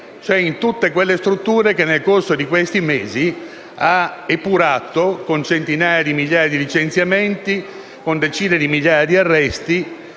cioè in tutte quelle strutture che nel corso di questi mesi ha epurato con centinaia di migliaia di licenziamenti e con decine di migliaia di arresti.